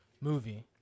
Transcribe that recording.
movie